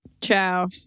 Ciao